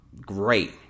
great